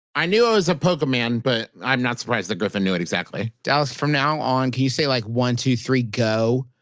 i knew it was a pokeman, but i'm not surprised that griffin knew it exactly dallas, from now on, can you say, like one, two, three, go,